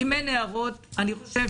אם אין הערות אני חושב,